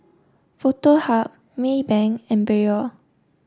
Foto Hub Maybank and Biore